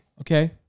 Okay